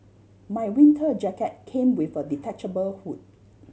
my winter jacket came with a detachable hood